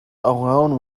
alone